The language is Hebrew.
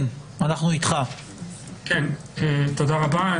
תודה רבה.